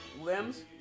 limbs